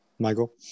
Michael